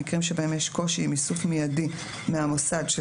במקרים שבהם יש קושי עם איסוף מיידי מהמוסד של